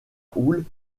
houle